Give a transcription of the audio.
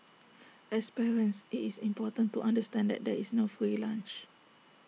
as parents IT is important to understand that there is no free lunch